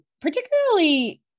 particularly